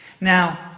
Now